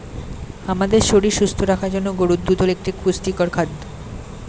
আমাদের শরীর সুস্থ রাখার জন্য গরুর দুধ হল একটি পুষ্টিকর খাদ্য